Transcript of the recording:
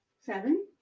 seven